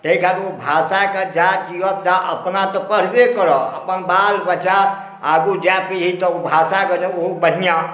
ताहि कारण ओ भाषाके जा जियब ता अपना तऽ पढ़बे करब अपन बाल बच्चा आगू जाकऽ देखी तऽ ओ भाषाके बढ़िऑं